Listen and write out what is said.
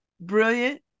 brilliant